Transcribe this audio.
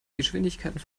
geschwindigkeiten